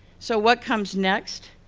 so what comes next?